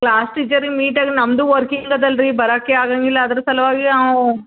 class ಟೀಚರಿಗೆ ಮೀಟಾಗಿ ನಮ್ಮದು ವರ್ಕಿಂಗ್ ಅದಲ್ಲ ರೀ ಬರೋಕೆ ಆಗೋಂಗಿಲ್ಲ ಅದ್ರ ಸಲುವಾಗಿ ಅವು